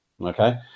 okay